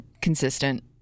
consistent